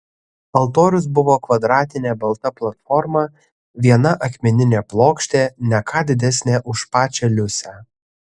altorius buvo kvadratinė balta platforma viena akmeninė plokštė ne ką didesnė už pačią liusę